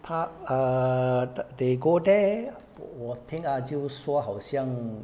她 err they go there 我听 ah june 说好像